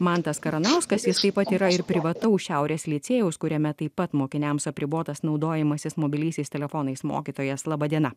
mantas karanauskas jis taip pat yra ir privataus šiaurės licėjaus kuriame taip pat mokiniams apribotas naudojimasis mobiliaisiais telefonais mokytojas laba diena